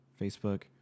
Facebook